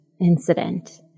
incident